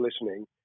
listening